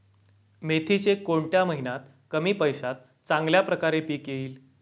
मेथीचे कोणत्या महिन्यात कमी पैशात चांगल्या प्रकारे पीक येईल?